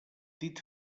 dit